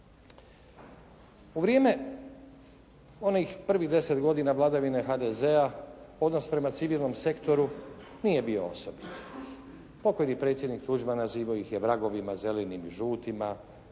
U vrijeme onih prvih deset godina vladavine HDZ-a odnos prema civilnom sektoru nije bio osobit. Pokojni predsjednik Tuđman nazivao ih je vragovima zelenim i žutima,